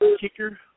kicker